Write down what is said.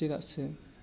ᱪᱮᱫᱟᱜ ᱥᱮ